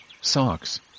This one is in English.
socks